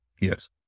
yes